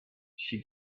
she